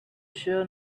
sure